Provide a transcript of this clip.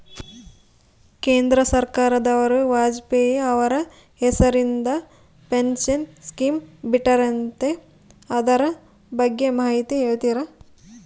ಕೇಂದ್ರ ಸರ್ಕಾರದವರು ವಾಜಪೇಯಿ ಅವರ ಹೆಸರಿಂದ ಪೆನ್ಶನ್ ಸ್ಕೇಮ್ ಬಿಟ್ಟಾರಂತೆ ಅದರ ಬಗ್ಗೆ ಮಾಹಿತಿ ಹೇಳ್ತೇರಾ?